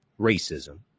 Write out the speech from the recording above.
racism